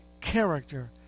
character